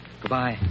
goodbye